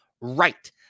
right